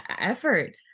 effort